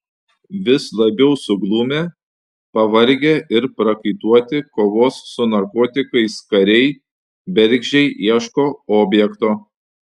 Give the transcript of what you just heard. vis labiau suglumę pavargę ir prakaituoti kovos su narkotikais kariai bergždžiai ieško objekto